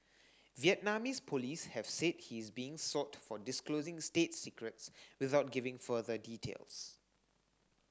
Vietnamese police have said he is being sought for disclosing state secrets without giving further details